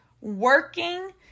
working